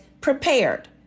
prepared